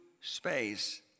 space